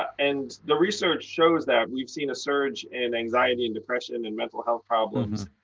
and the research shows that we've seen a surge in anxiety and depression and mental health problems.